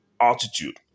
attitude